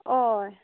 हय